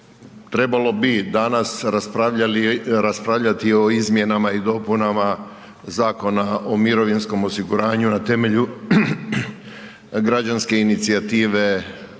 trebalo bi danas raspravljati o izmjenama i dopunama Zakona o mirovinskom osiguranju na temelju građanske inicijative